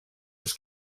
els